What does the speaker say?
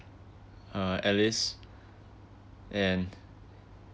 ah alice and